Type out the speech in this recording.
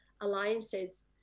alliances